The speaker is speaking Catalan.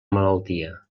malaltia